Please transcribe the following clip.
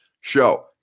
show